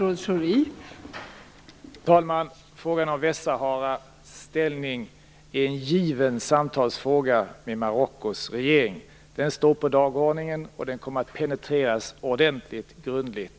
Fru talman! Frågan om Västsaharas ställning är ett givet samtalsämne i samtalet med Marockos regering. Den frågan står på dagordningen och kommer att penetreras ordentligt grundligt.